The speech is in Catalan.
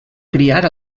criar